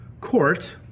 court